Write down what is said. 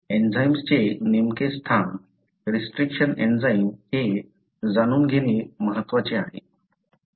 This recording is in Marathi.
एन्झाईम्सचे नेमके स्थान रिस्ट्रिक्शन एंझाइम हे जाणून घेणे महत्त्वाचे आहे